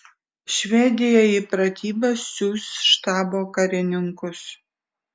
švedija į pratybas siųs štabo karininkus